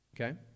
okay